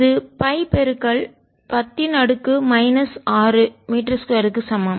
இது pi10மைனஸ் 6 m2 க்கு சமம்